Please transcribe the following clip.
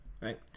right